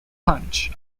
punch